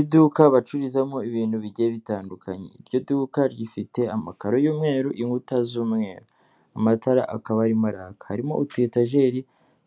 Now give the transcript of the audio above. Iduka bacururizamo ibintu bigiye bitandukanye, iryo duka rifite amakaro y'umweru, inkuta z'umweru; amatara akaba arimo araka. Harimo utuyetajeri